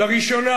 לראשונה,